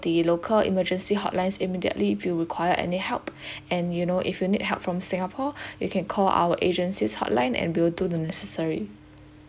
the local emergency hotlines immediately if you require any help and you know if you need help from singapore you can call our agency's hotline and we'll do the necessary